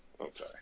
Okay